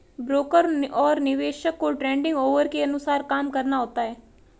broker और निवेशक को ट्रेडिंग ऑवर के अनुसार काम करना होता है